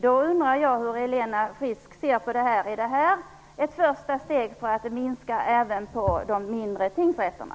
Jag undrar hur Helena Frisk ser på detta: Är detta ett första steg mot att även minska ned på de mindre tingsrätterna?